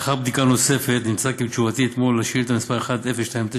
לאחר בדיקה נוספת נמצא כי בתשובתי אתמול על שאילתה מס' 1029,